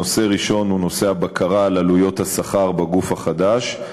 הנושא הראשון הוא נושא הבקרה על עלויות השכר בגוף החדש,